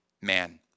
man